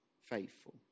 faithful